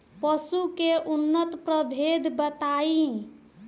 पशु के उन्नत प्रभेद बताई?